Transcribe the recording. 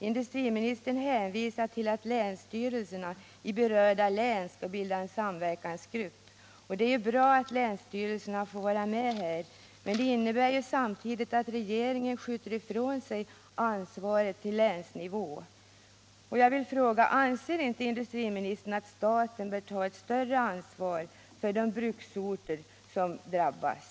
Industriministern hänvisar till att länsstyrelserna i berörda län skall bilda samverkansgrupper. Det är bra att länsstyrelserna får vara med här, men det innebär samtidigt att regeringen skjuter ifrån sig ansvaret till länsnivå. Anser inte industriministern att staten bör ta ett större ansvar för de bruksorter som drabbas?